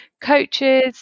coaches